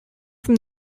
from